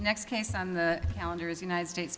next case on the calendar is united states